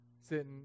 Sitting